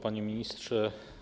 Panie Ministrze!